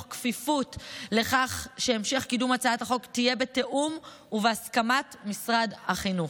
בכפיפות לכך שהמשך קידום הצעת החוק יהיה בתיאום ובהסכמת משרד החינוך.